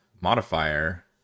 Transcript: modifier